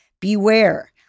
beware